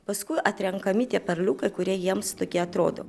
paskui atrenkami tie perliukai kurie jiems tokie atrodo